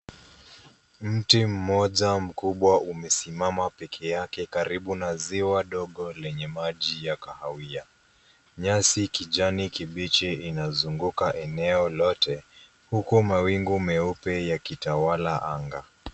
Mti mmoja mkubwa umesimama peke yake karibu na ziwa dogo lenye maji ya kahawia. Nyasi kijani kibichi inazunguka eneo lote huku mawingu meupe ya kitawala anga.